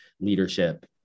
leadership